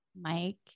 Mike